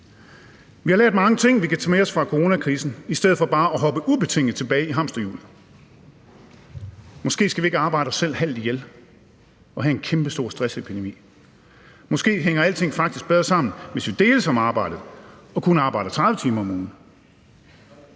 Vi har lært mange ting, vi kan tage med os fra coronakrisen, i stedet for bare at hoppe ubetinget tilbage i hamsterhjulet. Måske skal vi ikke arbejde os selv halvt ihjel og have en kæmpestor stressepidemi. Måske hænger alting faktisk bedre sammen, hvis vi deles om arbejdet og kun arbejder 30 timer om ugen.